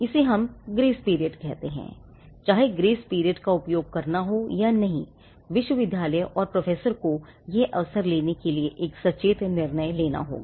इसे हम grace period कहते हैं चाहे ग्रेस पीरियड का उपयोग करना हो या नहीं विश्वविद्यालय और प्रोफ़ेसर को यह अवसर लेने के लिए एक सचेत निर्णय लेना होगा